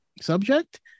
subject